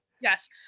Yes